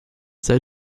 sei